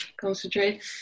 concentrate